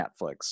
Netflix